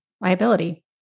liability